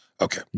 Okay